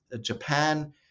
Japan